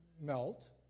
melt